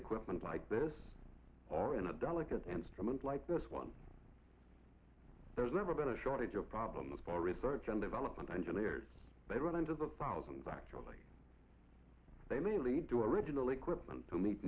equipment like this are in a delicate and like this one there's never been a shortage of problems for research and development engineers they run into the thousands actually they mainly do original equipment to meet